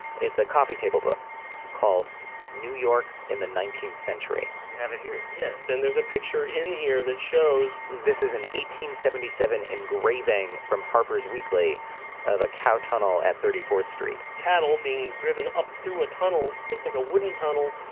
it's a coffee table book called new york in the nineteenth century. you have it here? yes and there's a picture in here that shows this is an eighteen seventy-seven engraving from harper's weekly of a cow tunnel at thirty-fourth street cattle being driven up through a tunnel, looks like a wooden tunnel,